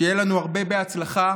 שתהיה לנו הרבה הצלחה.